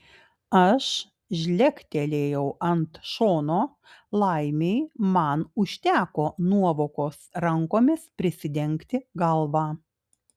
aš žlegtelėjau ant šono laimei man užteko nuovokos rankomis prisidengti galvą